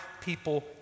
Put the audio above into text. people